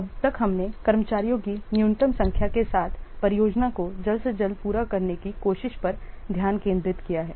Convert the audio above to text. अब तक हमने कर्मचारियों की न्यूनतम संख्या के साथ परियोजना को जल्द से जल्द पूरा करने की कोशिश पर ध्यान केंद्रित किया है